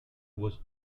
was